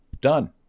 done